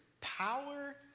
power